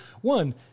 one